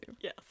Yes